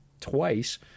twice